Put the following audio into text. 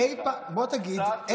בוא תגיד.